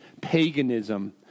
paganism